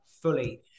fully